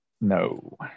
No